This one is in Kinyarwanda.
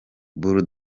bull